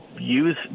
use